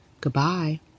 Goodbye